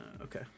Okay